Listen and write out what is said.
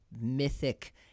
mythic